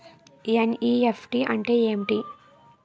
NEFT అంటే ఏమిటి?